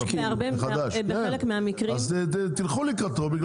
תלכו לקראתו.